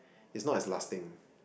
it's not as lasting